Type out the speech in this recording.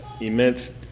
immense